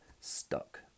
stuck